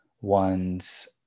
one's